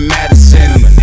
Madison